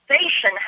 station